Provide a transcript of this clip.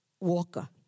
Walker